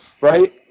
right